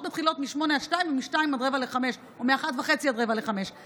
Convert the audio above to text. מתחילות מ-08:00 עד 14:00 ומ-14:00 עד 16:45 או